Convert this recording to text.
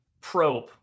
probe